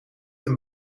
een